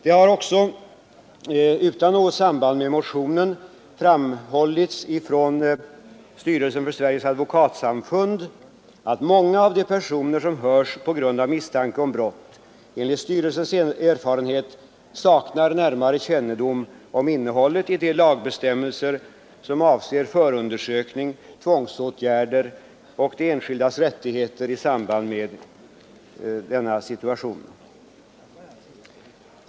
Det har också, utan något samband med motionen, framhållits av styrelsen för Sveriges advokatsamfund att många av de personer som hörs för misstanke om brott enligt styrelsens erfarenhet saknar närmare kännedom om innehållet i de lagbestämmelser som avser förundersökning, tvångsåtgärder och de enskildas rättigheter i samband med denna situation.